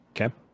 Okay